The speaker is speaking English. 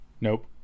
Nope